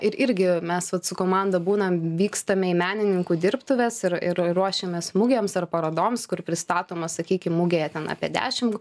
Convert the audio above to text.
ir irgi mes vat su komanda būnam vykstame į menininkų dirbtuves ir ir ruošiamės mugėms ar parodoms kur pristatoma sakykim mugėje ten apie dešim